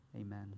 amen